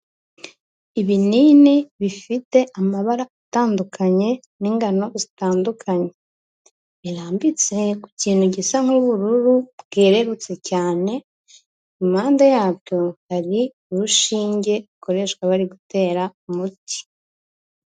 Ibinini bifite amabara atandukanye n'ingano zitandukanye. Birambitse ku kintu gisa nk'ubururu bwererutse cyane, impande y'abyo hari urushinge rukoreshwa bari gutera umuti.